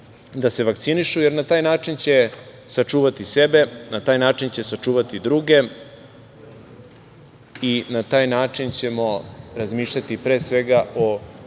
da se vakcinišu, jer na taj način će sačuvati sebe, na taj način će sačuvati druge i na taj način ćemo razmišljati, pre svega,